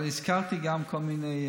כן, אבל הזכרתי גם כל מיני,